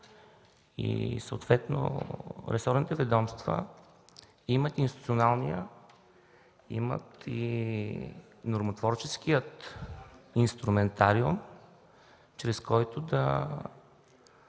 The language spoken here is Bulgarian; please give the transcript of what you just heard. и съответно ресорните ведомства имат институционалният, имат и нормотворческият инструментариум, чрез който да